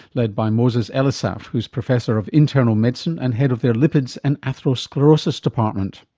led by moses elisaf who's professor of internal medicine and head of their lipids and atherosclerosis department.